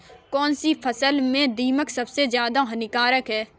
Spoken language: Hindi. कौनसी फसल में दीमक सबसे ज्यादा हानिकारक है?